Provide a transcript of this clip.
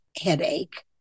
headache